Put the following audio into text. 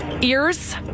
Ears